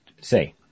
say